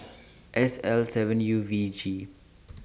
S L seven U V G